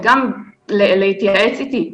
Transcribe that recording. וגם להתייעץ איתי.